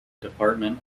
department